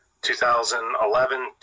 2011